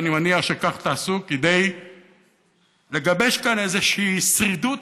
ואני מניח שכך תעשו כדי לגבש כאן איזושהי שרידות,